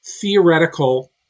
theoretical